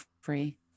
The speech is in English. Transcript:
free